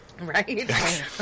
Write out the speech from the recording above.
Right